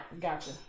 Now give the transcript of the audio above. Gotcha